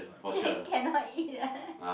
then cannot eat